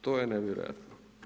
To je nevjerojatno.